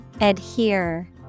adhere